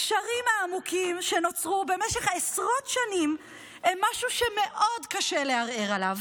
הקשרים העמוקים שנוצרו במשך עשרות שנים הם משהו שמאוד קשה לערער עליו,